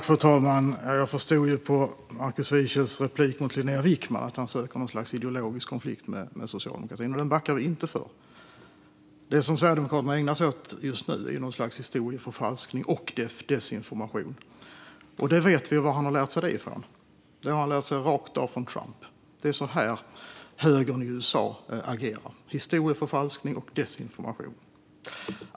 Fru talman! Jag förstod på Markus Wiechels replikskifte med Linnéa Wickman att han söker något slags ideologisk konflikt med socialdemokratin, och den backar vi inte för. Det Sverigedemokraterna ägnar sig åt just nu är historieförfalskning och desinformation, och vi vet var Markus Wiechel har lärt sig det. Han har rakt av lärt det sig av Trump. Det är så högern i USA agerar: med historieförfalskning och desinformation.